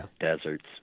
deserts